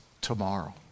tomorrow